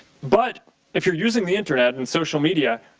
but if you're using the internet and social media,